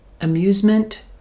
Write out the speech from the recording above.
amusement